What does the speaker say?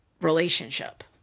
relationship